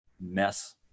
mess